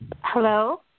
Hello